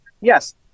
yes